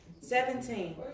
Seventeen